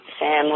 family